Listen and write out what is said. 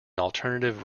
alternative